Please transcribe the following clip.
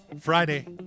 Friday